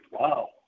Wow